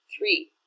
Three